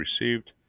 received